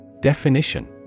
Definition